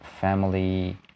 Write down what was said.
family